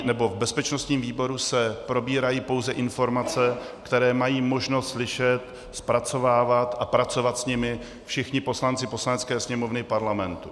V bezpečnostním výboru se probírají pouze informace, které mají možnost slyšet, zpracovávat a pracovat s nimi všichni poslanci Poslanecké sněmovny Parlamentu.